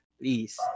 please